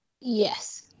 Yes